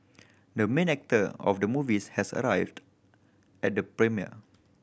the main actor of the movies has arrived at the premiere